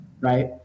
Right